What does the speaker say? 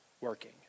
working